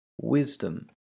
wisdom